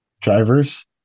drivers